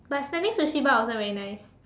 but standing Sushi bar also very nice